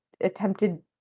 attempted